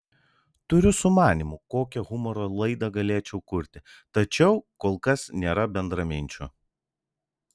turiu sumanymų kokią humoro laidą galėčiau kurti tačiau kol kas nėra bendraminčių